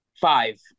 five